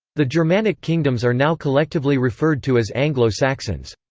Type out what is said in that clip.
the germanic kingdoms are now collectively referred to as anglo-saxons.